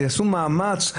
ויעשו מאמץ,